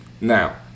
now